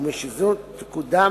ומשזו תקודם,